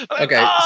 Okay